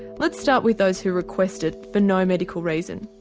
let's start with those who request if for no medical reason.